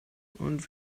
und